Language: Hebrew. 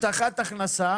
הבטחת הכנסה